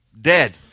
dead